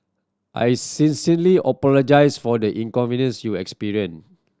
I sincerely apologise for the inconvenience you experienced